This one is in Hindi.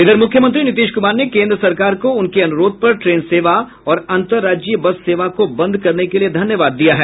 इधर मुख्यमंत्री नीतीश कुमार ने केन्द्र सरकार को उनके अनुरोध पर ट्रेन सेवा और अन्तर्राज्यीय बस सेवा को बंद करने के लिए धन्यवाद दिया है